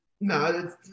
No